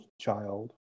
child